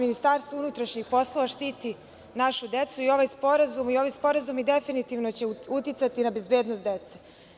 Ministarstvo unutrašnjih poslova štiti našu decu i ovaj sporazum će definitivno uticati na bezbednost dece.